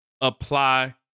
Apply